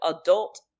adult